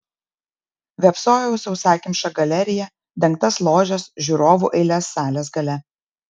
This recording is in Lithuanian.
vėpsojau į sausakimšą galeriją dengtas ložes žiūrovų eiles salės gale